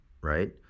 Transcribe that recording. right